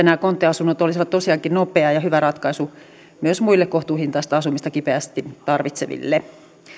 nämä konttiasunnot olisivat tosiaankin nopea ja hyvä ratkaisu myös muille kohtuuhintaista asumista kipeästi tarvitseville